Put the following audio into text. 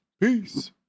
Peace